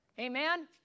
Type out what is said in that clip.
Amen